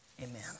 amen